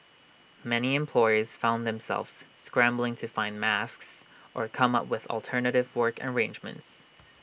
many employers found themselves scrambling to find masks or come up with alternative work arrangements